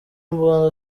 imbunda